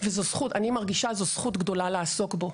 ואני מרגישה שזאת זכות גדולה לעסוק בו.